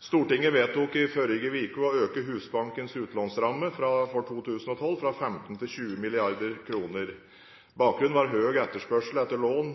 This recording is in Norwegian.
Stortinget vedtok i forrige uke å øke Husbankens utlånsramme for 2012 fra 15 mrd. kr til 20 mrd. kr. Bakgrunnen var høy etterspørsel etter lån